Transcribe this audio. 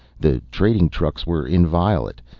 the trading trucks were inviolate.